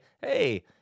hey